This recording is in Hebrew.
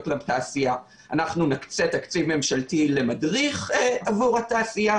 לתעשייה; אנחנו נקצה תקציב ממשלתי למדריך עבור התעשייה,